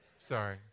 Sorry